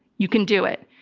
you can do it.